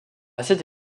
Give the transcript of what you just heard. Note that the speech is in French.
cette